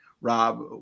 rob